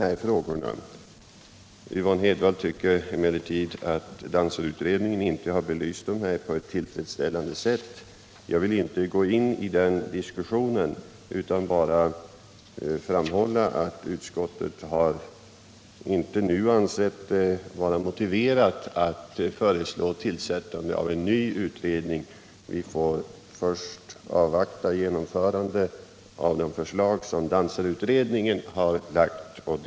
Herr talman! Yvonne Hedvall har här liksom i sin motion påtalat bristerna i dansarutbildningen. Motionen går ut på ett yrkande om en ny utredning rörande medicinsk rådgivning och hjälp till yrkesdansare. Utskottet har, vilket fru Hedvall också uppmärksammade i sitt anförande, pekat på att dansarutredningen har tagit upp dessa frågor. Yvonne Hedvall tycker emellertid att dansarutredningen inte har belyst dem på ett tillfredsställande sätt. Jag vill inte gå in i den diskussionen utan bara framhålla att utskottet inte nu ansett det vara motiverat att föreslå tillsättande av en ny utredning. Vi får först avvakta genomförandet av de förslag som dansarutredningen har lagt fram.